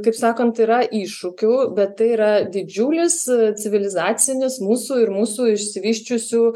kaip sakant yra iššūkių bet tai yra didžiulis civilizacinis mūsų ir mūsų išsivysčiusių